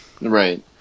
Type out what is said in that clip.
Right